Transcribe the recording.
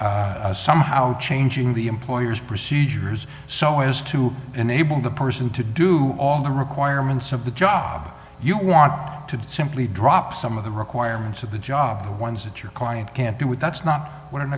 somehow changing the employer's procedures so as to enable the person to do all the requirements of the job you want to do simply drop some of the requirements of the job the ones that your client can't do with that's not w